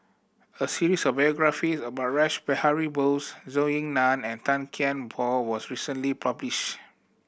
a series of biographies about Rash Behari Bose Zhou Ying Nan and Tan Kian Por was recently published